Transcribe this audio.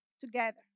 together